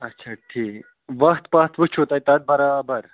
اچھا ٹھیٖک وَتھ پَتھ وٕچھو تۄہہِ تَتھ بَرابَر